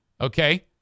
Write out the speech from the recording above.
Okay